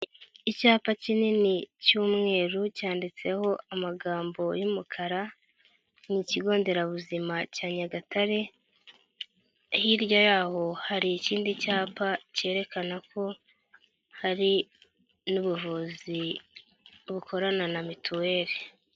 Icyapa kinini cy'umweru cyanditseho amagambo y'umukara ni ikigo nderabuzima cya Nyagatare, hirya yaho hari ikindi cyapa cyerekana ko hari n'ubuvuzi bukorana na mituweri.